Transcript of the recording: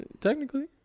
technically